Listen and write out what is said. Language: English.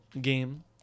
game